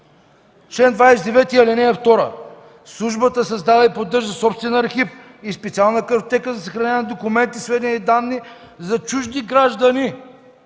Член 29, ал. 2: „Службата създава и поддържа собствен архив и специална картотека за съхранение на документи, сведения и данни за чужди граждани”.